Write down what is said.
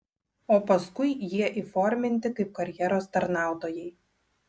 o paskui jie įforminti kaip karjeros tarnautojai